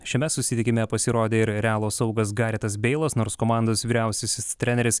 šiame susitikime pasirodė ir realo saugas garetas beilas nors komandos vyriausiasis treneris